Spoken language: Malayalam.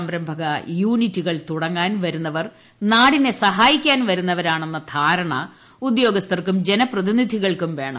സംരംഭക യൂണിറ്റുകൾ തുടങ്ങാൻ വരുന്നവർ നാടിനെ സഹായിക്കാൻ വരുന്നവരാണെന്ന് ധാരണ ഉദ്യോഗസ്ഥർക്കും ജനപ്രതിനിധികൾക്കും വേണം